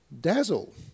dazzle